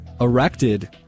erected